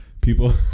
People